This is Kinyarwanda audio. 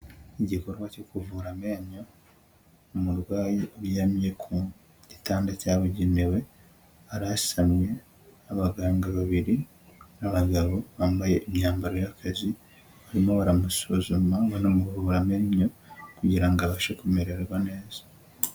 Igikorwa cyo kuvura amenyo, umurwayi uramye ku gitanda cyabugenewe, arasamye, abaganga babiri, abagabo bambaye imyambaro y'akazi, barimo baramusuzuma banamuvura amenyo, kugira ngo abashe kumererwa neza.